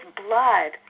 blood